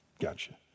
Gotcha